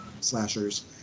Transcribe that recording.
slashers